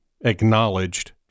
acknowledged